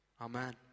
Amen